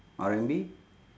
R&B